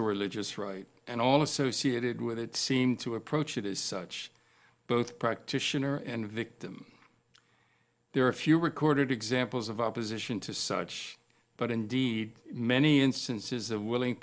the religious right and all associated with it seem to approach it as such both practitioner and victim there are a few recorded examples of opposition to such but indeed many instances of willing